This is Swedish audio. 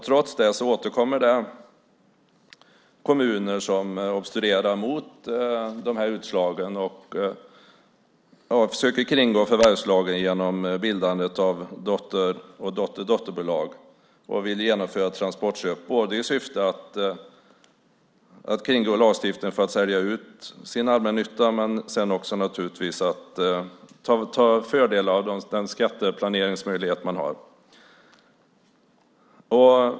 Trots allt finns det kommuner som obstruerar mot utslagen och försöker kringgå förvärvslagen genom bildande av dotter och dotterdotterbolag och vill genomföra transportköp både i syfte att kringgå lagstiftningen för att sälja ut sin allmännytta och i syfte att dra fördel av den skatteplaneringsmöjlighet som finns.